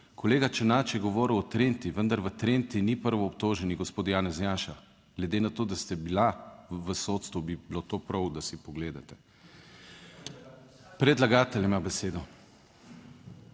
Kolega Černač je govoril o Trenti, vendar v Trenti ni prvoobtoženi gospod Janez Janša, glede na to, da ste bila v sodstvu, bi bilo to prav, da si pogledate. Predlagatelj ima besedo.